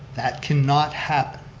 that cannot happen.